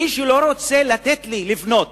מי שלא רוצה לתת לי לבנות